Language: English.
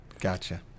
Gotcha